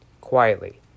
quietly